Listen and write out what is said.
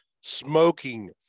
Smoking